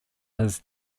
his